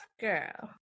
girl